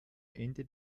ende